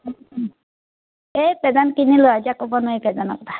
এই প্ৰেজেণ্ট কিনিলোঁ এতিয়া ক'ব নোৱাৰি প্ৰেজেণ্টৰ কথা